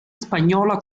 spagnola